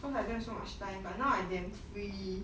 because I don't have so much time but now I damn free